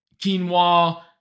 quinoa